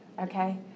okay